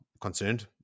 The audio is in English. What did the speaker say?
concerned